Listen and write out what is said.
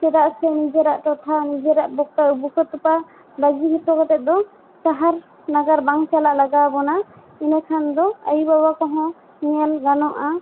ᱪᱮᱫᱟᱜ ᱥᱮ ᱱᱤᱡᱮᱨᱟᱜ ᱴᱚᱴᱷᱟ ᱱᱤᱡᱮᱨᱟᱜ ᱵᱚᱠᱚ ᱵᱩᱠᱟᱹ ᱛᱚᱯᱟ ᱵᱟᱹᱜᱤ ᱦᱚᱴᱚ ᱠᱟᱛᱮ ᱫᱚ ᱥᱟᱦᱟᱨ ᱱᱟᱜᱟᱨ ᱵᱟᱝ ᱪᱟᱞᱟᱜ ᱞᱟᱜᱟᱣ ᱵᱚᱱᱟ ᱤᱱᱟᱹ ᱠᱷᱟᱱ ᱫᱚ ᱟᱭᱳ ᱵᱟᱵᱟ ᱠᱚᱦᱚᱸ ᱧᱮᱞ ᱜᱟᱱᱚᱜᱼᱟ